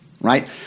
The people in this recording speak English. right